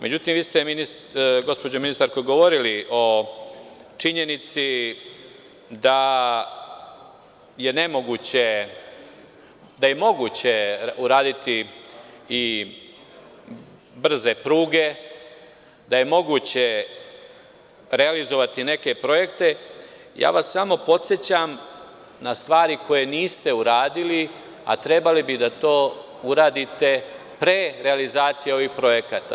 Međutim, vi ste, gospođo ministarko govorili o činjenici da je moguće uraditi i brze pruge, da je moguće realizovati neke projekte, ja vas samo podsećam na stvari koje niste uradili, a trebali bi to da uradite pre realizacije ovih projekata.